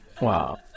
wow